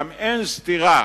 גם אין סתירה